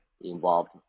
involved